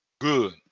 good